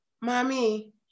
Mommy